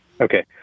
Okay